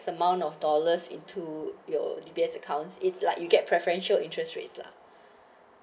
the amount of dollars into your D_B_S accounts is like you get preferential interest rates lah